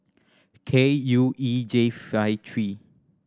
K U E J five three